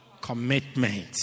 Commitment